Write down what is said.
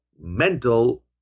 mental